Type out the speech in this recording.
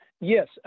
Yes